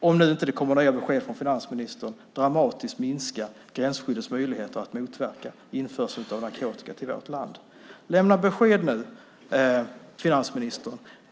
om det nu inte kommer nya besked från finansministern, dramatiskt minska gränsskyddets möjligheter att motverka införsel av narkotika till vårt land. Lämna besked nu, finansministern.